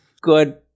Good